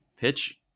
pitch